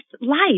life